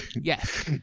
Yes